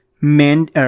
men